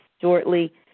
shortly